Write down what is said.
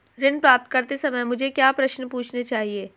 ऋण प्राप्त करते समय मुझे क्या प्रश्न पूछने चाहिए?